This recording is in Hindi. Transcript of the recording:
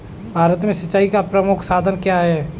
भारत में सिंचाई का प्रमुख साधन क्या है?